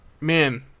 man